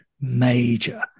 major